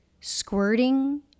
squirting